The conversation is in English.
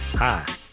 Hi